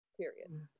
Period